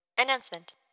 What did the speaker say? Announcement